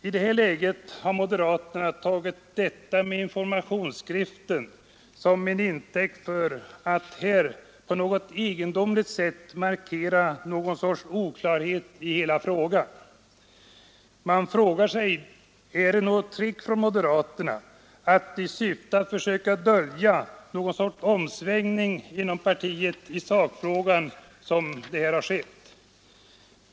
I det här läget har moderaterna tagit detta med informationsskriften till intäkt för att på ett egendomligt sätt markera något slags oklarhet i hela ärendet. Jag frågar mig: Är detta något trick från moderaterna i syfte att försöka dölja någon sorts omsvängning inom partiet i sakfrågan?